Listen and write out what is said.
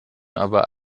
aber